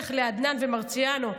בטח לעדנאן ולמרציאנו,